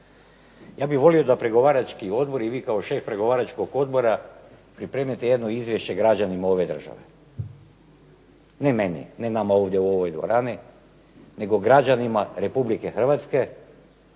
Ja bih volio da pregovarački odbor i vi kao šef pregovaračkog odbora pripremite jedno izvješće građanima ove države. Ne meni, ne nama ovdje u ovoj dvorani nego građanima RH,